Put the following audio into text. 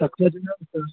తక్కువ చేయండి సార్